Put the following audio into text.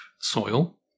soil